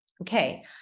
Okay